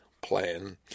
plan